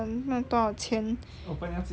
卖多少钱